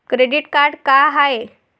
Credit card का हाय?